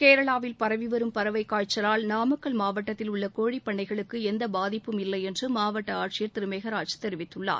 கேரளாவில் பரவிவரும் பறவைக் காய்ச்சலால் நாமக்கல் மாவட்டதில் உள்ள கோழிப்பண்ணைகளுக்கு எந்த பாதிப்பும் இல்லை என்று மாவட்ட ஆட்சியர் திரு மெகராஜ் தெரிவித்துள்ளார்